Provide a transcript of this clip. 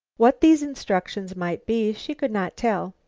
what these instructions might be, she could not tell.